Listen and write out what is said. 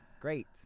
Great